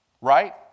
right